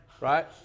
right